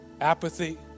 Apathy